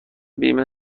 بیمه